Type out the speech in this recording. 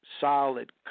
solid